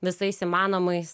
visais įmanomais